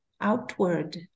outward